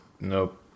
Nope